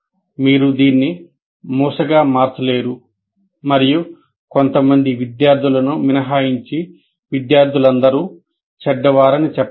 మీరు దీన్ని మూసగా మార్చలేరు మరియు కొంతమంది విద్యార్థులను మినహాయించి విద్యార్థులందరూ చెడ్డవారని చెప్పలేరు